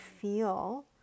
feel